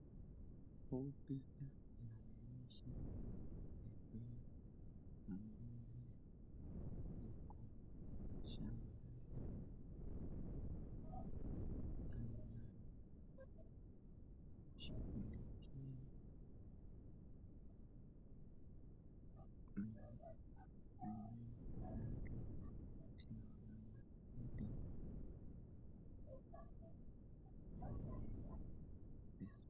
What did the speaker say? Huu picha inaonyesha mtu ambaye ako shambani anashukulikia mimea zake za ndizi.